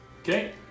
Okay